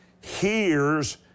hears